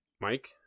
Mike